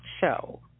show